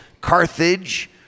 Carthage